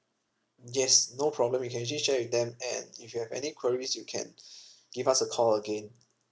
yes no problem you can actually share with them and if you have any queries you can give us a call again